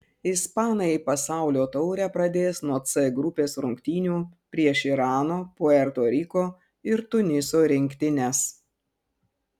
ispanai pasaulio taurę pradės nuo c grupės rungtynių prieš irano puerto riko ir tuniso rinktines